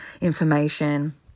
information